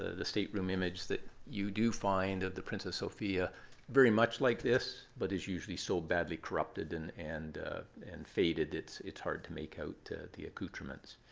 ah the state room image that you do find of the princess sophia very much like this, but is usually so badly corrupted and and and faded, it's it's hard to make out the accouterments.